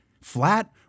flat